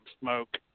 smoke